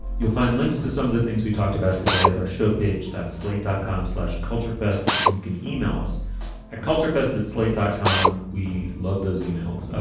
you'll find links to some of the things we talked about today at our show page, that slate dot com slash culture fest. and you can yeah e-mail us at culture fest, that slate dot com. we love those and e-mails.